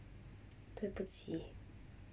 对不起